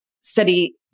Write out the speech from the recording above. study